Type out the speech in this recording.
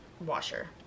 washer